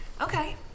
Okay